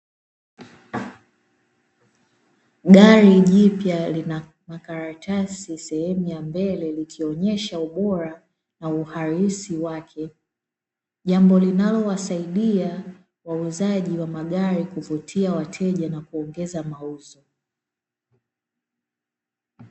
Gari jipya lina makaratasi sehemu ya mbele, likionyesha ubora na uhalisi wake, jambo linalowasaidia wauzaji wa magari kuvutia wateja na kuongeza mauzo.